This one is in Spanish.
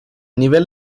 nivel